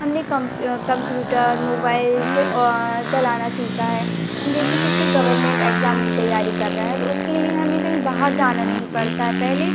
हमने computer mobile से चलाना सीखा है हम जैसे किसी गवर्नमेंट एग्ज़ाम की तैयारी कर रहे हैं तो उसके लिए हमें कहीं बाहर जाना नहीं पड़ता पहले